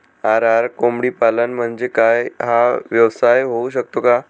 RR कोंबडीपालन म्हणजे काय? हा व्यवसाय होऊ शकतो का?